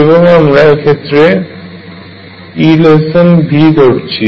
এবং আমরা এক্ষেত্রে EV ধরছি